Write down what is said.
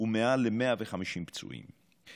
ומעל ל-150 פצועים,